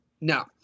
No